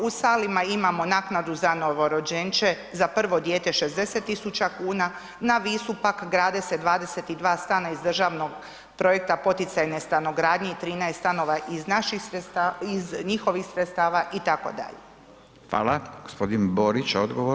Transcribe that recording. U Salima imamo naknadu za novorođenče, za prvo dijete 60 tisuća kuna, na Visu pak, grade se 22 stana iz državnog projekta poticajne stanogradnje i 13 stanova iz naših sredstava iz njihovih sredstava, itd.